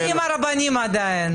אני עם הרבנים עדיין.